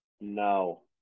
No